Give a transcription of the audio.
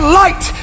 light